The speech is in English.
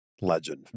Legend